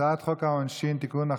הצעת חוק העונשין (תיקון,